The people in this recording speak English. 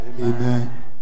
Amen